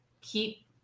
keep